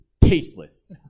Tasteless